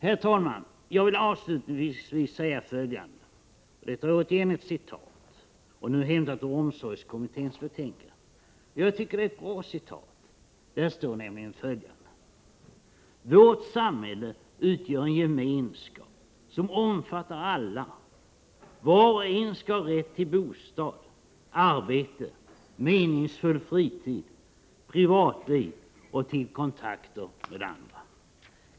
Herr talman! Jag vill avslutningsvis återigen anföra ett citat, nu hämtat ur omsorgskommitténs betänkande — jag tycker det är ett bra citat. ”Vårt samhälle utgör en gemenskap, som omfattar alla. Var och en skall ha rätt till bostad, arbete, meningsfull fritid, privatliv och kontakter med andra.